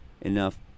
enough